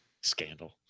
scandal